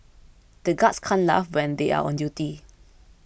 the guards can't laugh when they are on duty